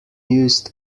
used